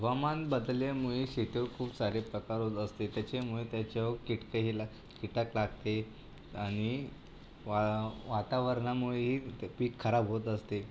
हवामान बदलल्यामुळे शेतीवर खूप सारे प्रकार होत असते त्याच्यामुळे त्याच्यावर किटकंही लाग कीटक लागते आणि वा वातावरणामुळेही ते पीक खराब होत असते